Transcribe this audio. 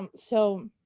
um so,